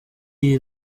iyi